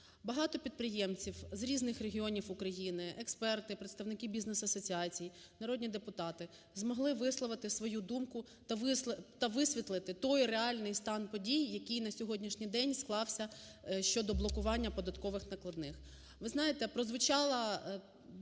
Багато підприємців з різних регіонів України, експерти, представники бізнес-асоціацій, народні депутати змогли висловити свою думку та висвітлити той реальний стан подій, який на сьогоднішній день склався щодо блокування податкових накладних.